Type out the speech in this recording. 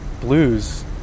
blues